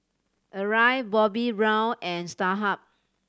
Arai Bobbi Brown and Starhub